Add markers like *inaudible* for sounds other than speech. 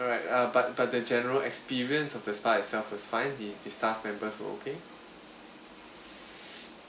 alright uh but but the general experience of the spa itself is fine did the staff members were okay *breath*